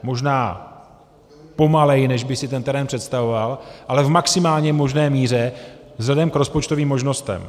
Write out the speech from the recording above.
Možná pomaleji, než by si ten terén představoval, ale v maximálně možné míře vzhledem k rozpočtovým možnostem.